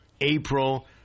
April